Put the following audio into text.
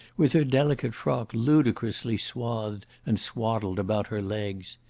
with her delicate frock ludicrously swathed and swaddled about her legs.